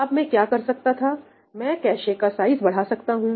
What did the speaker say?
अब मैं क्या कर सकता थामैं कैशे का साइज बढ़ा सकता हूं